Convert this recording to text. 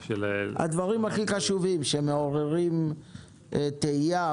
הדברים הכי חשובים שמעוררים תהייה,